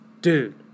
Dude